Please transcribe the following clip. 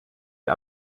die